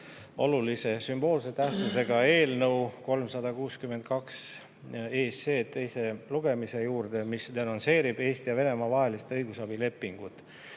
olulise sümboolse tähtsusega eelnõu 362 teise lugemise juurde, mis denonsseerib Eesti ja Venemaa vahelise õigusabilepingu.